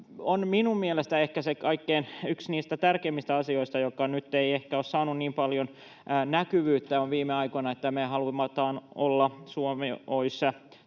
on minun mielestäni ehkä yksi niistä kaikkein tärkeimmistä asioista, joka nyt ei ehkä ole saanut niin paljon näkyvyyttä viime aikoina, on se, että halutaan, että Suomi olisi